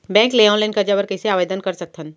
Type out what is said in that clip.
Bank ले online करजा बर कइसे आवेदन कर सकथन?